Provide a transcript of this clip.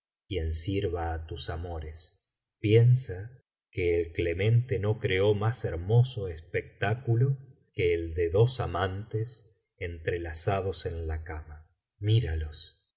quien sirva á tus amores piensa que el clemente no creó más hermoso espectáculo que el de dos amantes entrelazados en la cama